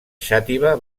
xàtiva